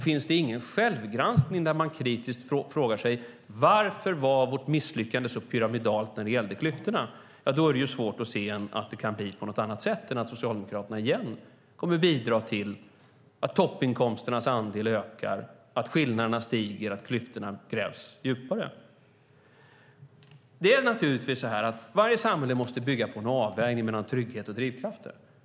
Finns det då ingen självgranskning, där man kritiskt frågar sig varför misslyckandet var så pyramidalt när det gäller klyftorna, är det svårt att se att det kan bli på något annat sätt än att Socialdemokraterna återigen kommer att bidra till att både toppinkomsternas andel och inkomstskillnaderna ökar och att klyftorna grävs djupare. Det är naturligtvis så här att varje samhälle måste bygga på en avvägning mellan trygghet och drivkrafter.